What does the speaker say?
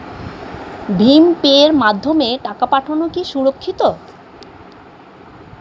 ভিম পের মাধ্যমে টাকা পাঠানো কি সুরক্ষিত?